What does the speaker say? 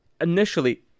initially